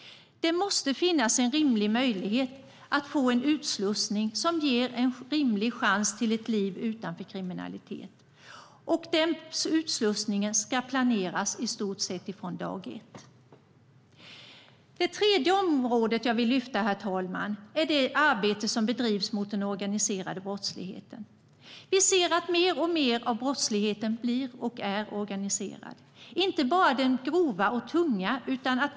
Det måste finnas en rimlig möjlighet att få en utslussning som ger en rimlig chans till ett liv utanför kriminalitet. Den utslussningen ska planeras i stort sett från dag ett. Det tredje området jag vill lyfta, herr talman, är det arbete som bedrivs mot den organiserade brottsligheten. Vi ser att mer och mer av brottsligheten blir och är organiserad, inte bara den grova och tunga.